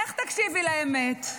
איך תקשיבי לאמת?